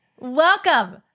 Welcome